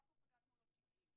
אנחנו חגגנו לו 70,